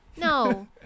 no